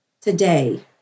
today